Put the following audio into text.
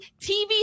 TV